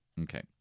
Okay